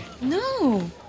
No